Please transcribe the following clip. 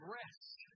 rest